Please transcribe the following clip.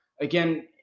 again